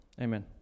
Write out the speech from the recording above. Amen